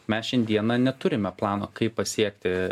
mes šiandieną neturime plano kaip pasiekti